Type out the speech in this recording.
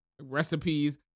recipes